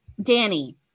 Danny